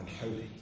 holy